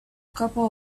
couple